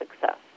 success